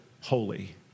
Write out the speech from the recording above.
holy